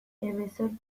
hemezortzi